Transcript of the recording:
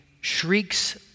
shrieks